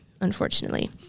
unfortunately